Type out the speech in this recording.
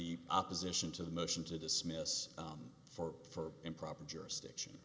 the opposition to the motion to dismiss for for improper jurisdiction